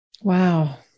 Wow